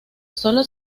sólo